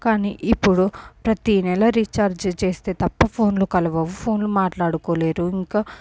కానీ ఇప్పుడు ప్రతి నెల రీఛార్జ్ చేస్తే తప్ప ఫోన్లు కలవవు ఫోన్లు మాట్లాడుకోలేరు ఇంకా